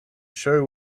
show